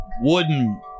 wooden